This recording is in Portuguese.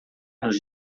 nos